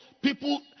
people